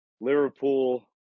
Liverpool